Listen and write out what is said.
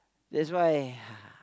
that's why